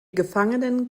gefangenen